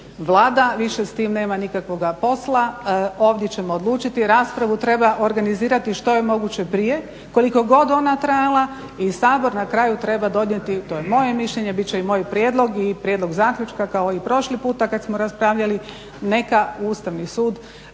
Vlada više s tim nema nikakvoga posla. Ovdje ćemo odlučiti. Raspravu treba organizirati što je moguće prije, koliko god ona trajala i Sabor na kraju treba donijeti, to je moje mišljenje, bit će i moj prijedlog i prijedlog zaključka kao i prošli puta kad smo raspravljali neka Ustavni sud